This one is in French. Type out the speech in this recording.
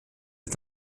est